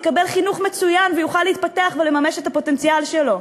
יקבל חינוך מצוין ויוכל להתפתח ולממש את הפוטנציאל שלו.